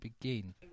begin